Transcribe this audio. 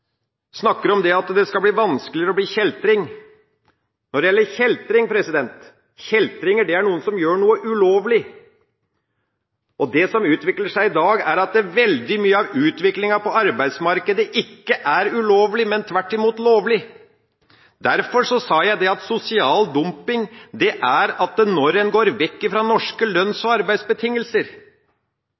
snakker om «useriøs» og snakker om at det skal bli vanskeligere å bli «kjeltring». Kjeltringer er noen som gjør noe ulovlig. Slik det utvikler seg i dag, er veldig mye av det som skjer på arbeidsmarkedet, ikke ulovlig, men tvert imot lovlig. Derfor sa jeg at sosial dumping er når en går vekk fra norske lønns- og arbeidsbetingelser.